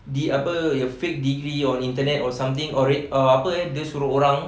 di apa a fake degree on internet or something or apa eh dia suruh orang